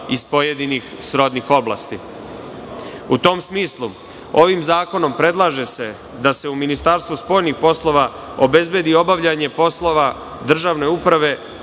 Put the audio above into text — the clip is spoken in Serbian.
iz pojedinih srodnih poslova.U tom smislu, ovim zakonom, predlaže se da se u Ministarstvu spoljnih poslova, obezbedi obavljanje poslova državne uprave,